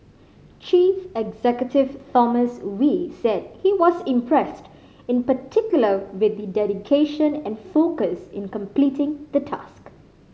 chief executive Thomas Wee said he was impressed in particular with the dedication and focus in completing the task